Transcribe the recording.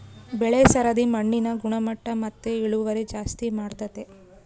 ಬೆಳೆ ಸರದಿ ಮಣ್ಣಿನ ಗುಣಮಟ್ಟ ಮತ್ತೆ ಇಳುವರಿ ಜಾಸ್ತಿ ಮಾಡ್ತತೆ